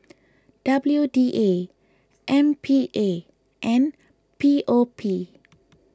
W D A M P A and P O P